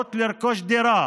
אפשרות לרכוש דירה